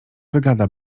wygada